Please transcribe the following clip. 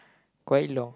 quite long